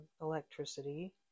electricity